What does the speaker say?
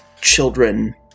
children